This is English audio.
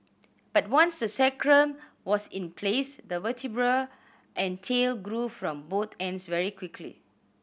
but once the sacrum was in place the vertebrae and tail grew from both ends very quickly